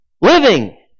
living